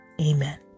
Amen